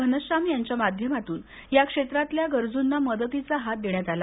घनशाम यांच्या माध्यमातून या क्षेत्रातील गरजूना मदतीचा हात देण्यात आला